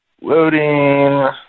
Loading